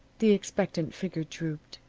the expectant figure drooped.